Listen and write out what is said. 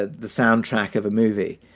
ah the soundtrack of a movie.